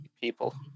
people